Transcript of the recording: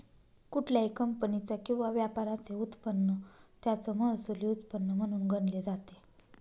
कुठल्याही कंपनीचा किंवा व्यापाराचे उत्पन्न त्याचं महसुली उत्पन्न म्हणून गणले जाते